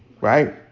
Right